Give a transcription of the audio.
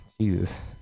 Jesus